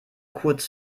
kurz